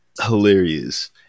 Hilarious